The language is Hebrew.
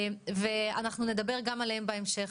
אנחנו נדבר גם עליהם בהמשך.